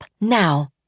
now